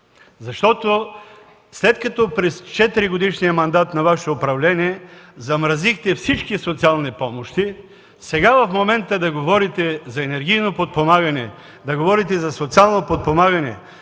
След като през четиригодишния мандат на Вашето управление замразихте всички социални помощи сега в момента да говорите за енергийно подпомагане, да говорите за социално подпомагане,